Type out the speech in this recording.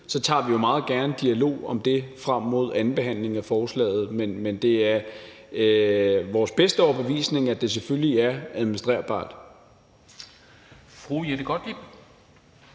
tager vi jo meget gerne en dialog om det frem mod andenbehandlingen af forslaget. Men det er vores bedste overbevisning, at det selvfølgelig er administrerbart.